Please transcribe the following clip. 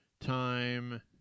Time